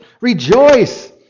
rejoice